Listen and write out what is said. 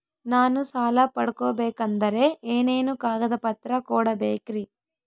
ನಾನು ಸಾಲ ಪಡಕೋಬೇಕಂದರೆ ಏನೇನು ಕಾಗದ ಪತ್ರ ಕೋಡಬೇಕ್ರಿ?